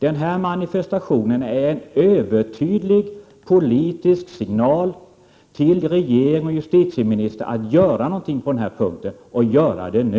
Den här manifestationen är en övertydlig politisk signal till regeringen och justitieministern att göra något på den här punkten — och göra det nu!